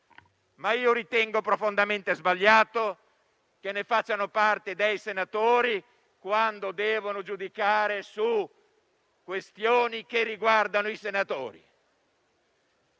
ritengo profondamente sbagliato però che ne facciano parte senatori, quando devono giudicare su questioni che riguardano i senatori.